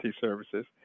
services